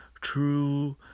true